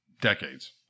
decades